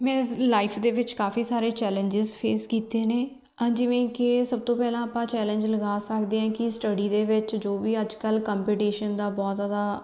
ਮੈਂ ਜ਼ ਲਾਈਫ ਦੇ ਵਿੱਚ ਕਾਫੀ ਸਾਰੇ ਚੈਲੇਂਜਸ ਫੇਸ ਕੀਤੇ ਨੇ ਆ ਜਿਵੇਂ ਕਿ ਸਭ ਤੋਂ ਪਹਿਲਾਂ ਆਪਾਂ ਚੈਲੇਜ ਲਗਾ ਸਕਦੇ ਹਾਂ ਕਿ ਸਟੱਡੀ ਦੇ ਵਿੱਚ ਜੋ ਵੀ ਅੱਜ ਕੱਲ੍ਹ ਕੰਪੀਟੀਸ਼ਨ ਦਾ ਬਹੁਤ ਜ਼ਿਆਦਾ